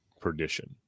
perdition